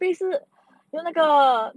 跟 P 是用那个